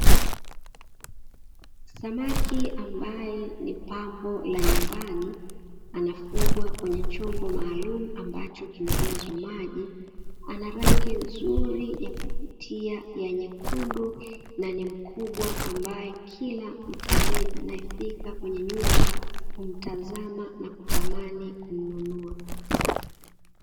Samaki ambaye ni pambo la nyumbani anafugwa kwenye chombo maalumu ambacho kimejazwa maji, ana rangi nzuri ya kuvutia ya nyekundu na ni mkubwa ambaye kila mtalii anayefika kwenye nyumba humtazama na kutamani kumnunua.